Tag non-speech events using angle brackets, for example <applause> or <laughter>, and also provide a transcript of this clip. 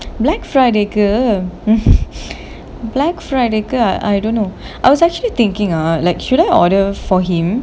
black friday கு:ku <laughs> black friday கு:ku I don't know I was actually thinking ah like should I order for him